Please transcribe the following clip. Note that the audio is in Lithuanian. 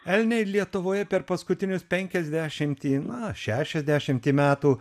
elniai lietuvoje per paskutinius penkiasdešimtį na šešiasdešimtį metų